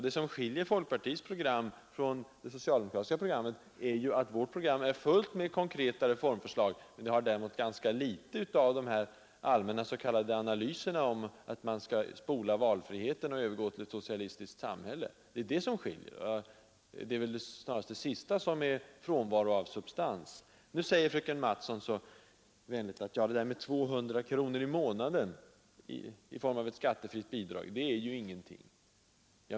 Det som skiljer folkpartiets program från det socialdemokratiska programmet är att vårt program innehåller fullt med konkreta reformförslag men däremot har ganska litet av de här allmänna s.k. analyserna om att man skall spola valfriheten och att man skall övergå till ett socialistiskt samhälle. Och det är väl snarast det sista som brister i substans. Nu säger fröken Mattson så lättvindligt att 200 kronor i månaden i skattefritt bidrag, det är ingenting.